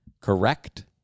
correct